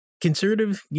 conservative